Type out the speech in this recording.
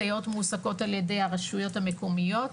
הסייעות מועסקות על ידי הרשויות המקומיות,